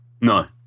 No